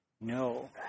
No